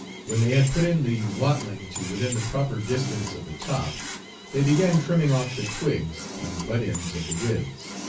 when they had put in the watling to within the proper distance of the top they began trimming off the twigs and butt ends of the withes.